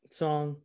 song